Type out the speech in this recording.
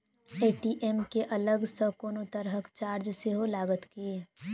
ATM केँ अलग सँ कोनो तरहक चार्ज सेहो लागत की?